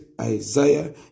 Isaiah